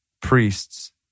priests